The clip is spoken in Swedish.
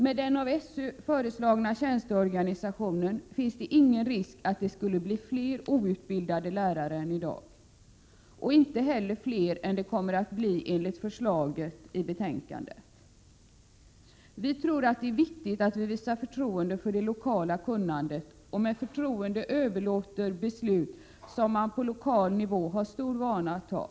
Med den av SÖ föreslagna tjänsteorganisationen finns det ingen risk att det skulle bli fler outbildade lärare än i dag — och inte heller fler än det kommer att bli enligt förslaget i betänkandet. Vi tror att det är viktigt att vi visar förtroende för det lokala kunnandet och med förtroende överlåter på lokal nivå att fatta de beslut som man har stor vana av att fatta.